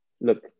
look